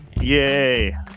yay